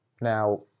Now